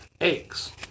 eggs